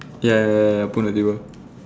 ya ya ya ya put on the table